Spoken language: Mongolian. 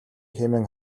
хэмээн